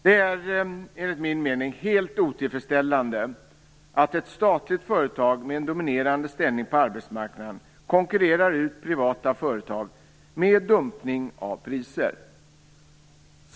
Det är enligt min mening helt otillfredsställande att ett statligt företag med en dominerande ställning på arbetsmarknaden konkurrerar ut privata företag genom dumpning av priser.